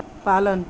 पालन